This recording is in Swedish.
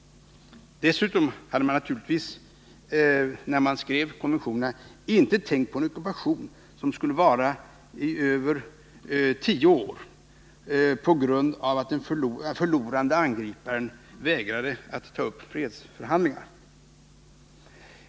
Dessutom hade man naturligtvis, när man skrev konventionerna, inte någon tanke på en ockupation som skulle vara i över tio år på grund av att den förlorande angriparen vägrade att ta upp fredsförhandlingar.